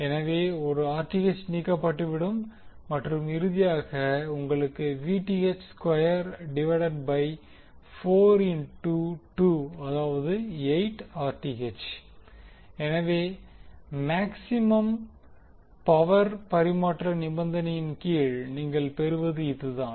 எனவே 1 Rth நீக்கப்பட்டுவிடும் மற்றும் இறுதியாக உங்களுக்கு Vth square divided by 4 into 2 அதாவது 8 Rth எனவே மேக்சிமம் பவர் பரிமாற்ற நிபந்தனையின் கீழ் நீங்கள் பெறுவது இதுதான்